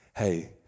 hey